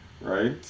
right